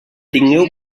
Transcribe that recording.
tingueu